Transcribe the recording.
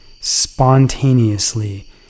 spontaneously